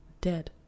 dead